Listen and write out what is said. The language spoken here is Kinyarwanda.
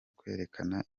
kwerekana